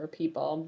people